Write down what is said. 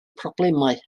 problemau